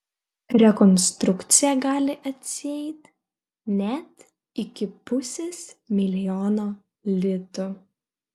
rekonstrukcija gali atsieit net iki pusės milijono litų